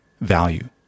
value